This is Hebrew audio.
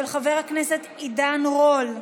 של חבר הכנסת עידן רול,